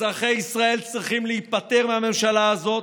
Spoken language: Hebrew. אזרחי ישראל צריכים להיפטר מהממשלה הזאת,